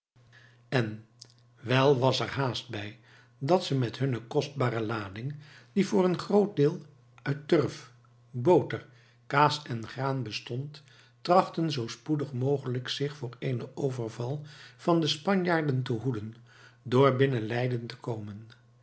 en wel was er haast bij dat ze met hunne kostbare lading die voor een groot deel uit turf boter kaas en graan bestond trachtten zoo spoedig mogelijk zich voor eenen overval van de spanjaarden te hoeden door binnen leiden te komen